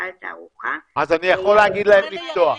על תערוכה -- אז אני יכול להגיד להם לפתוח.